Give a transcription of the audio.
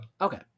okay